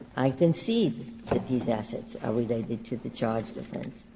i concede that these assets are related to the charged offense.